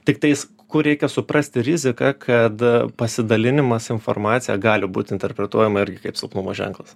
tiktais kur reikia suprasti riziką kad pasidalinimas informacija gali būt interpretuojama irgi kaip silpnumo ženklas